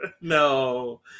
No